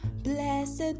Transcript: Blessed